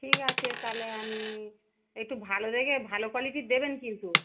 ঠিক আছে তাহলে আমি একটু ভালো দেখে ভালো কোয়ালিটির দেবেন কিন্তু